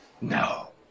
No